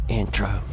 intro